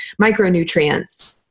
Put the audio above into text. micronutrients